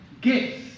gifts